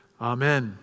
Amen